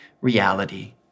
reality